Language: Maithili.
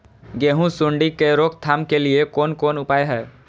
गेहूँ सुंडी के रोकथाम के लिये कोन कोन उपाय हय?